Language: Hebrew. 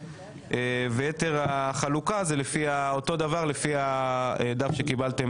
ויתר החלוקה היא אותו דבר לפי הדף שקיבלתם